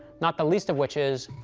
not the least of which is,